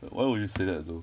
why would you say that though